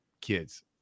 kids